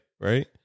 right